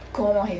como